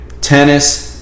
tennis